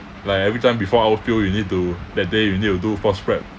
like every time before outfield you need to that day you need to do force prep